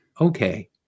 okay